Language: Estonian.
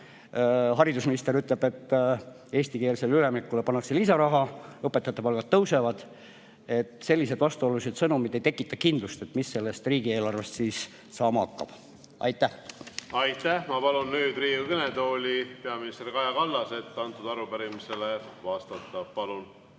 haridusminister ütleb, et eestikeelsele üleminekule pannakse lisaraha, õpetajate palgad tõusevad. Sellised vastuolulised sõnumid ei tekita kindlust, mis sellest riigieelarvest saama hakkab. Aitäh! Aitäh! Ma palun nüüd Riigikogu kõnetooli peaminister Kaja Kallase, et arupärimisele vastata. Palun!